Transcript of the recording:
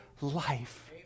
life